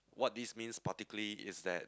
what this means particularly is that